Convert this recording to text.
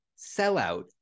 sellout